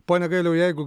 pone gailiau jeigu